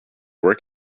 work